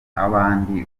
nk’abandi